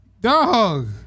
Dog